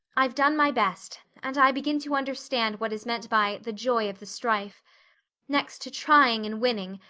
i've done my best and i begin to understand what is meant by the joy of the strife next to trying and winning,